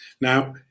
now